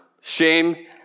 Shame